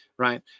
right